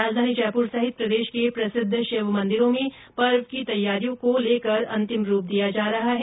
राजधानी जयपुर सहित प्रदेश के प्रसिद्ध शिव मन्दिरों में पर्व की तैयारियों को अंतिम रूप दिया जा रहा है